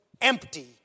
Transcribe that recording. empty